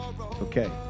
Okay